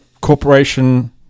corporation